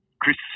Chris